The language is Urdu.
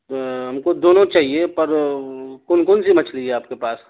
ہم کو دونوں چاہیے پر کون کون سی مچھلی ہے آپ کے پاس